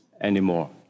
anymore